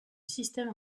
système